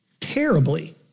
Terribly